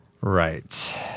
Right